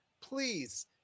please